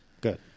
Good